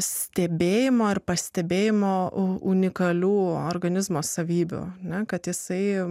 stebėjimo ir pastebėjimo o unikalių organizmo savybių ane kad jisai